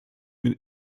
den